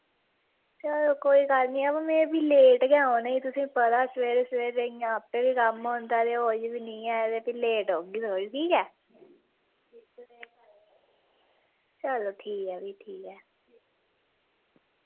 बाऽ चलो कोई गल्ल निं ते में भी लेट गै औना ई ते तुसें ई पता की सबेरै सबेरै आपें ई कम्म होंदा ते होश बी निं ऐ ते भी लेट औगी ठीक ऐ चलो ठीक ऐ भी ठीक ऐ